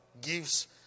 gives